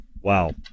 Wow